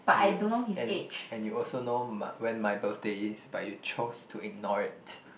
and you and and you also know my when my birthday is but you chose to ignore it